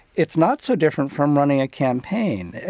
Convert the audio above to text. it's not so different from running a campaign.